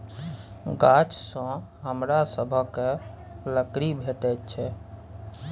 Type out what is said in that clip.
गाछसँ हमरा सभकए लकड़ी भेटैत छै